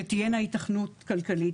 שתהיינה היתכנות כלכלית.